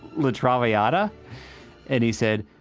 la traviata and he said,